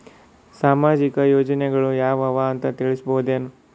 ಸಾಮಾಜಿಕ ಯೋಜನೆಗಳು ಯಾವ ಅವ ಅಂತ ತಿಳಸಬಹುದೇನು?